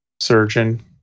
surgeon